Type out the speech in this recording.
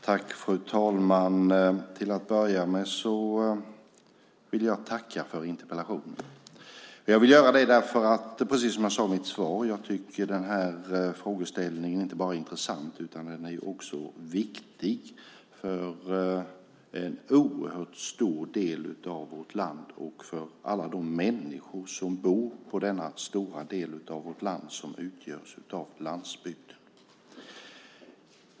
Fru talman! Till att börja med vill jag tacka för interpellationen. Precis som jag sade i mitt svar tycker jag att den här frågeställningen inte bara är intressant utan också viktig för en oerhört stor del av vårt land och för alla de människor som bor i denna stora del av vårt land som utgörs av landsbygd.